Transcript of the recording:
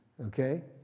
Okay